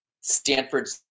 Stanford's